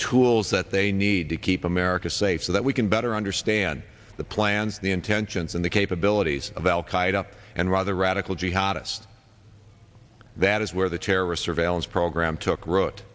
tools that they need to keep america safe so that we can better understand the plans the intentions and the capabilities of al qaida and rather radical jihadists that is where the terrorist surveillance program took wrote